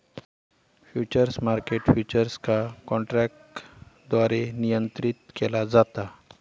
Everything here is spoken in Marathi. फ्युचर्स मार्केट फ्युचर्स का काँट्रॅकद्वारे नियंत्रीत केला जाता